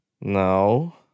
No